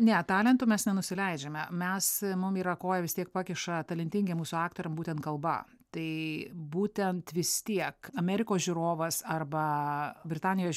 ne talentu mes nenusileidžiame mes mum yra koją vis tiek pakiša talentingiem mūsų aktoriam būtent kalba tai būtent vis tiek amerikos žiūrovas arba britanijos